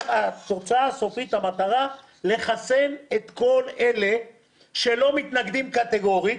המטרה לחסן את כל אלה שלא מתנגדים קטגורית.